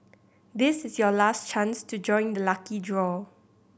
this is your last chance to join the lucky draw